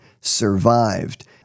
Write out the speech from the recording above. survived